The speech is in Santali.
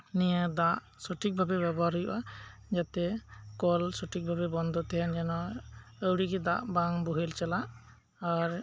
ᱱᱤᱭᱟᱹ ᱫᱟᱜ ᱥᱚᱴᱷᱤᱠ ᱵᱷᱟᱵᱮ ᱵᱮᱵᱚᱦᱟᱨ ᱦᱩᱭᱩᱜᱼᱟ ᱡᱟᱛᱮ ᱠᱚᱞ ᱥᱚᱴᱷᱤᱠ ᱵᱷᱟᱵᱮ ᱵᱚᱱᱫᱚ ᱛᱟᱦᱮᱱ ᱡᱮᱱᱚ ᱟᱣᱲᱤᱜᱮ ᱫᱟᱜ ᱵᱟᱝ ᱵᱳᱦᱮᱞ ᱪᱟᱞᱟᱜ ᱟᱨ